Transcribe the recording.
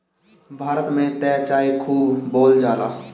भारत में त चाय खूब बोअल जाला